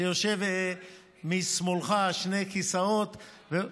שיושב שני כיסאות משמאלך.